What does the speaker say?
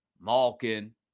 Malkin